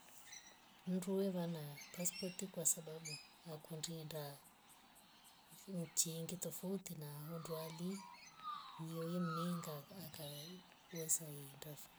Mndu wevana paspoti kwasababu akundie ndaa nchi ingi tofouti na hounduali ndio iyo mninga akaeeweza indafo